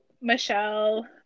Michelle